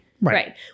Right